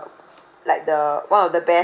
like the one of the best